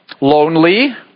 lonely